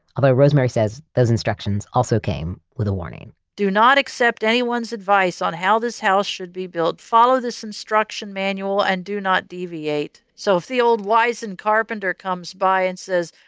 although rosemary says those instructions also came with warning do not accept anyone's advice on how this house should be built. follow this instruction manual and do not deviate. so if the old wizened carpenter comes by and says,